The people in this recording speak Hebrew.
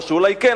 או שאולי כן,